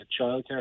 childcare